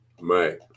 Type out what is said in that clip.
right